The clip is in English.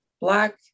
Black